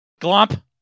Glomp